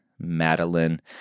Madeline